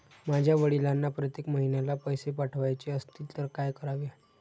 माझ्या वडिलांना प्रत्येक महिन्याला पैसे पाठवायचे असतील तर काय करावे?